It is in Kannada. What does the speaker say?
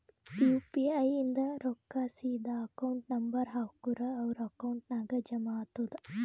ಯು ಪಿ ಐ ಇಂದ್ ರೊಕ್ಕಾ ಸೀದಾ ಅಕೌಂಟ್ ನಂಬರ್ ಹಾಕೂರ್ ಅವ್ರ ಅಕೌಂಟ್ ನಾಗ್ ಜಮಾ ಆತುದ್